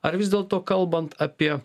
ar vis dėlto kalbant apie